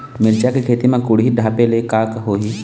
मिरचा के खेती म कुहड़ी ढापे ले का होही?